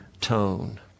tone